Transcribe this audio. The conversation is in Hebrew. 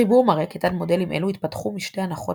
החיבור מראה כיצד מודלים אלו התפתחו משתי הנחות